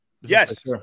Yes